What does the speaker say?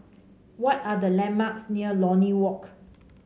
what are the landmarks near Lornie Walk